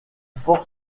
forme